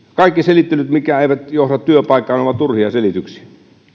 kaikki selittelyt mitkä eivät johda työpaikkaan ovat turhia selityksiä